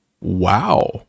Wow